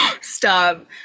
Stop